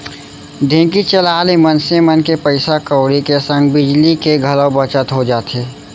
ढेंकी चलाए ले मनसे मन के पइसा कउड़ी के संग बिजली के घलौ बचत हो जाथे